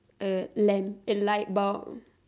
uh lamp eh light bulb